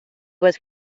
was